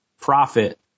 profit